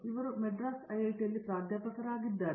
ಇವರು ಮದ್ರಾಸ್ ಐಐಟಿಯಲ್ಲಿ ಪ್ರಾಧ್ಯಾಪಕರಾಗಿದ್ದಾರೆ